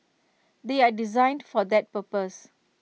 they are designed for that purpose